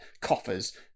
coffers